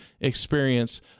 experience